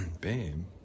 babe